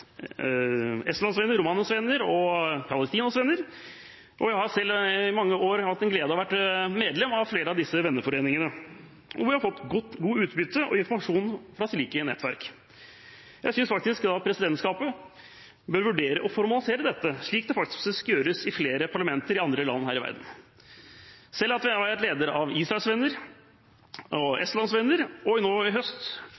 venner, Romanias venner og Palestinas venner. Jeg har selv i mange år hatt den glede å være medlem av flere av disse venneforeningene, og vi har fått godt utbytte og god informasjon via slike nettverk. Jeg synes faktisk presidentskapet bør vurdere å formalisere dette, slik det gjøres i flere parlamenter i andre land i verden. Selv har jeg vært leder av Israels venner og